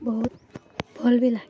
ବହୁତ ଭଲ୍ ବି ଲା